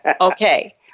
Okay